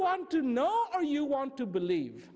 want to know or you want to believe